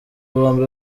bombi